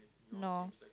no